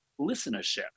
listenership